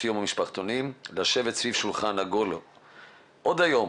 היום והמשפחתונים לשבת סביב שולחן עגול עוד היום